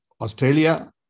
Australia